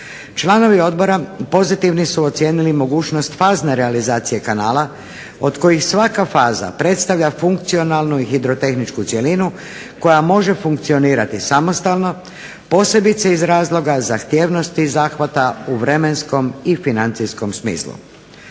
Članovi odbora pozitivno su ocijenili mogućnost fazne realizacije kanala od kojih svaka faza predstavlja funkcionalnu i hidrotehničku cjelinu koja može funkcionirati samostalno posebice iz razloga zahtjevnosti zahvata u vremenskom i financijskom smislu.